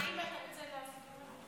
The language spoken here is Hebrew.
האם אתה רוצה לעלות לנמק?